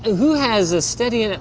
who has steady, and and